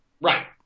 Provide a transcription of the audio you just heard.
Right